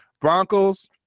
Broncos